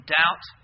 doubt